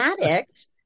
addict